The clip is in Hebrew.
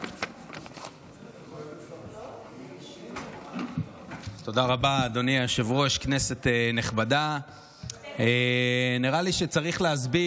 אינו נוכח, חברת הכנסת קארין אלהרר, אינה נוכחת,